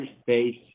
space